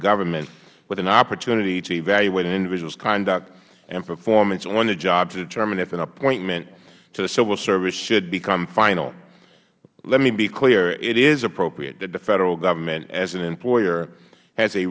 government with an opportunity to evaluate an individuals conduct and performance on the job to determine if an appointment to the civil service should become final let me become clear it is appropriate that the federal government as an employer has a